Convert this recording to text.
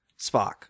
Spock